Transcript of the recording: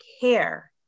care